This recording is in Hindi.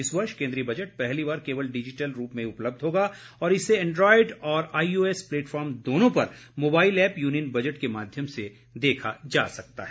इस वर्ष केन्द्रीय बजट पहली बार केवल डिजिटल रूप में ही उपब्लध होगा और इसे एंड्रोइड और आईओएस प्लेटफॉर्म दोनों पर मोबाइल ऐप यूनियन बजट के माध्यम से देखा जा सकता है